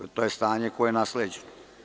To je stanje koje je nasleđeno.